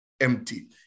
empty